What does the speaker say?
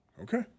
Okay